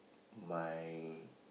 my